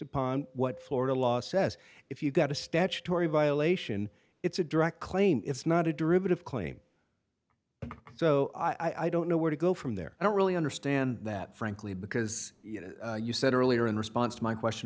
upon what florida law says if you've got a statutory violation it's a direct claim it's not a derivative claim so i don't know where to go from there i don't really understand that frankly because you said earlier in response to my question